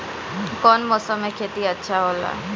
कौन मौसम मे खेती अच्छा होला?